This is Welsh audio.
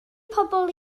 pobl